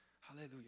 Hallelujah